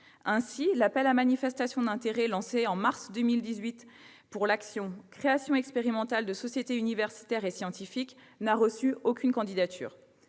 Ainsi, l'appel à manifestation d'intérêts lancé en mars 2018 pour l'action Créations expérimentales de sociétés universitaires et scientifiques n'a reçu aucune candidature.